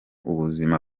ubuzima